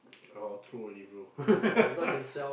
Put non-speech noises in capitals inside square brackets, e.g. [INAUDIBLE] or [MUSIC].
all throw already bro [LAUGHS]